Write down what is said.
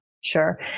Sure